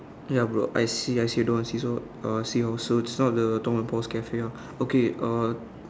ya bro I see I see doors see uh see also just now the Tom and Paul's Cafe ah okay uh